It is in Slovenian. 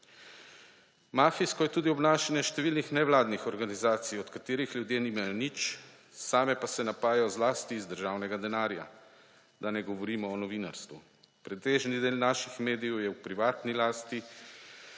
Mafijsko je tudi obnašanje številnih nevladnih organizacij, od katerih ljudje nimajo nič, same pa se napajajo zlasti iz državnega denarja. Da ne govorimo o novinarstvu. Pretežni del naših medijev je v privatni lasti.